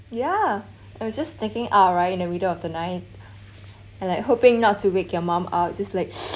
yeah I was just thinking out right in the middle of the night and I hoping not to wake your mum up just like